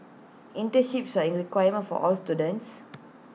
internships are A requirement for all students